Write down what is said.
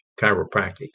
chiropractic